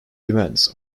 events